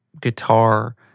guitar